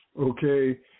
Okay